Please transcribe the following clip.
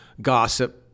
Gossip